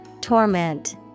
Torment